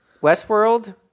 Westworld